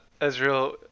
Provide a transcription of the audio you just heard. Ezreal